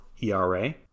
ERA